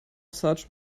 such